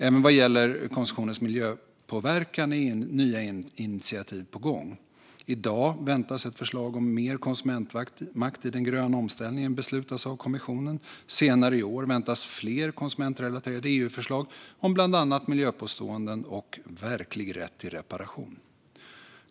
Även vad gäller konsumtionens miljöpåverkan är nya initiativ på gång. I dag väntas kommissionen fatta beslut om ett förslag om mer konsumentmakt i den gröna omställningen. Senare i år väntas fler konsumentrelaterade EU-förslag om bland annat miljöpåståenden och verklig rätt till reparation.